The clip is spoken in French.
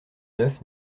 neuf